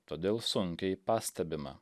todėl sunkiai pastebima